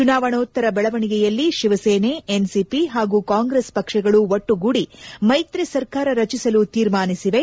ಚುನಾವಣೋತ್ತರ ಬೆಳವಣಿಗೆಯಲ್ಲಿ ಶಿವಸೇನೆ ಎನ್ಸಿಪಿ ಹಾಗೂ ಕಾಂಗ್ರೆಸ್ ಪಕ್ಷಗಳು ಒಟ್ಟುಗೂಡಿ ಮೈತ್ರಿ ಸರ್ಕಾರ ರಚಿಸಲು ತೀರ್ಮಾನಿಸಿವೆ